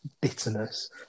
bitterness